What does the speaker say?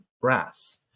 brass